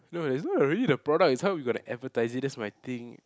no it's not really the product it's how we gonna advertise it that's my thing